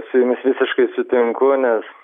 su jumis visiškai sutinku nes